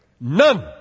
None